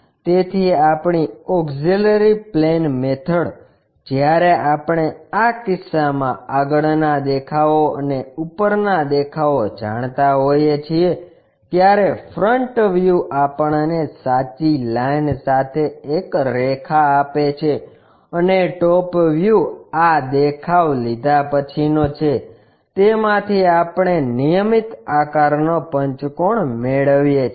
તેથી આપણી auxiliary plane method જ્યારે આપણે આ કિસ્સામાં આગળના દેખાવો અને ઉપરના દેખાવો જાણતા હોઈએ છીએ ત્યારે ફ્રન્ટ વ્યૂ આપણને સાચી લાઇન સાથે એક રેખા આપે છે અને ટોપ વ્યુ આ દેખાવ લીધા પછીનો છે તેમાંથી આપણે નિયમિત આકારનો પંચકોણ મેળવીએ છીએ